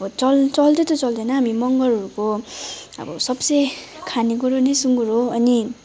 अब चल्दै चाहिँ चल्दैन हाम्रो मगरहरूको अब सबसे खाने कुरो नै सुँगुर हो अनि